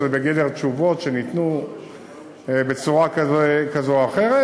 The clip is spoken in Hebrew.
שהם בגדר תשובות שניתנו בצורה כזאת או אחרת.